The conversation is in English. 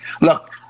look